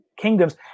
Kingdoms